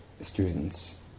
students